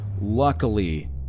Luckily